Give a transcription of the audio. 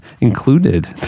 included